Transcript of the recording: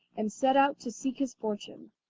and set out to seek his fortune.